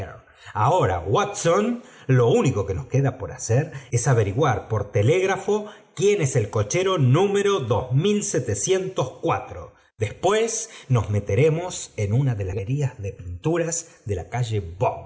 ahora watson lo único que noa queda por hacer es averiguar por telégrafo quién es el cochero número después nos meteremos en una de las galerías de pinturas de la calle